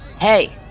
Hey